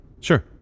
Sure